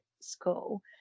school